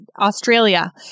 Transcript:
australia